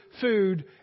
food